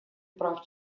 прав